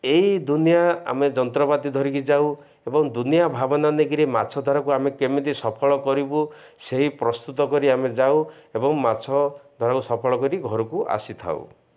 ଏଇ ଦୁନିଆଁ ଆମେ ଯନ୍ତ୍ରପାତି ଧରିକି ଯାଉ ଏବଂ ଦୁନିଆଁ ଭାବନା ନେଇକିରି ମାଛ ଧରାକୁ ଆମେ କେମିତି ସଫଳ କରିବୁ ସେହି ପ୍ରସ୍ତୁତ କରି ଆମେ ଯାଉ ଏବଂ ମାଛ ଧରାକୁ ସଫଳ କରି ଘରକୁ ଆସିଥାଉ